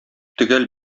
төгәл